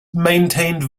maintained